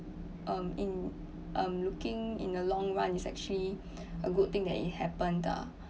um in um looking in the long run is actually a good thing that it happened ah